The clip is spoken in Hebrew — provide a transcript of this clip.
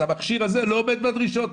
אז המכשיר הזה לא עומד בדרישות.